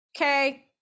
okay